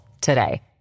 today